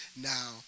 now